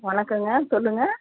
வணக்கங்க சொல்லுங்கள்